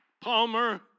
Palmer